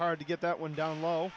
hard to get that one down low